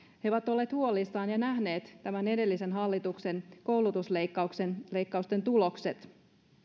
he ovat olleet huolissaan ja nähneet tämän edellisen hallituksen koulutusleikkausten tulokset